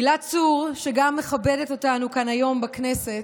הילה צור, שגם מכבדת אותנו כאן היום בכנסת,